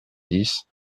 dix